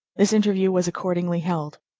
this interview was accordingly held.